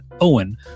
Owen